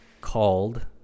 called